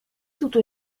tutto